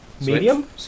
Medium